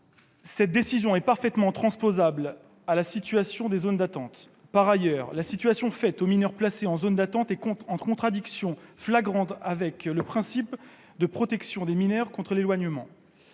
Cette décision est parfaitement transposable aux zones d'attente. Par ailleurs, la situation faite aux mineurs placés en zone d'attente est en contradiction flagrante avec le principe de protection des mineurs contre l'éloignement.